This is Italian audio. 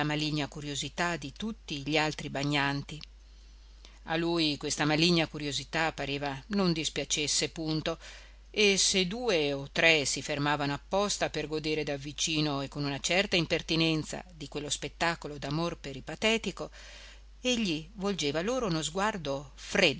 maligna curiosità di tutti gli altri bagnanti a lui questa maligna curiosità pareva non dispiacesse punto e se due o tre si fermavano apposta per godere davvicino e con una certa impertinenza di quello spettacolo d'amor peripatetico egli volgeva loro uno sguardo